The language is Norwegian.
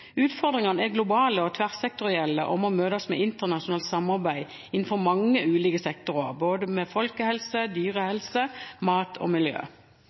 Utfordringene er globale og tverrsektorielle og må møtes med internasjonalt samarbeid innenfor mange ulike sektorer, både folkehelse, dyrehelse, mat og miljø.